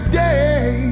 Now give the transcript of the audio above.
day